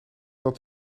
het